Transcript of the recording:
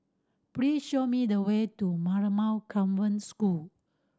please show me the way to Marymount Convent School